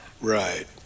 Right